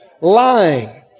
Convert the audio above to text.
lying